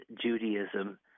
Judaism